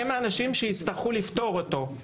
הם האנשים שיצטרכו לפתור אותו?